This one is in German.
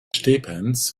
stephens